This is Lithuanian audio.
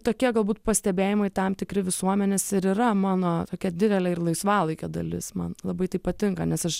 tokie galbūt pastebėjimai tam tikri visuomenės ir yra mano tokia didelė ir laisvalaikio dalis man tai labai tai patinka nes aš